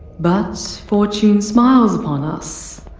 but, fortune smiles upon us